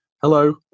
Hello